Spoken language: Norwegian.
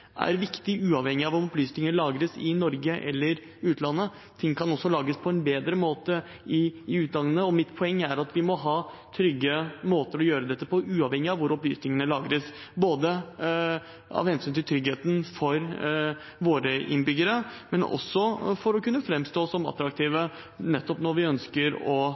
er viktig uavhengig av om opplysninger lagres i Norge eller i utlandet. Ting kan også lagres på en bedre måte i utlandet. Mitt poeng er at vi må ha trygge måter å gjøre dette på, uavhengig av hvor opplysningene lagres, både av hensyn til tryggheten for våre innbyggere og for å kunne framstå som attraktive når vi ønsker å